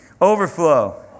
Overflow